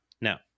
Now